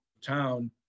town